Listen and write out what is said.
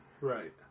Right